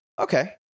Okay